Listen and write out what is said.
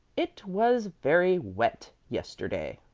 it was very wet yesterday.